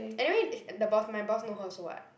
anyway the boss my boss know her also [what]